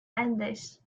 andes